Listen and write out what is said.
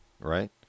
right